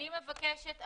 אני מבקשת,